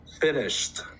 finished